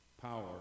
power